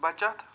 بچتھ